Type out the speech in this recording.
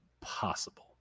possible